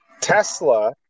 Tesla